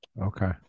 Okay